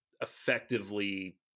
effectively